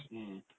mm